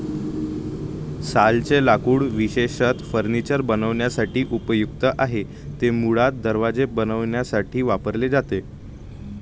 सालचे लाकूड विशेषतः फर्निचर बनवण्यासाठी उपयुक्त आहे, ते मुळात दरवाजे बनवण्यासाठी वापरले जाते